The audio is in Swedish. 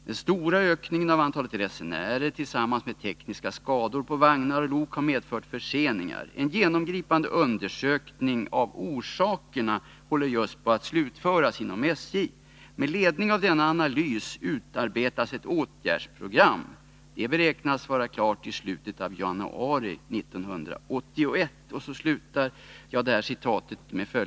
Den stora ökningen av antalet resenärer tillsammans med tekniska skador på vagnar och lok har medfört förseningar. En genomgripande undersökning av orsakerna håller just på att slutföras inom SJ. Med ledning av denna analys utarbetas ett åtgärdsprogram. Det beräknas vara klart i slutet av januari 1981.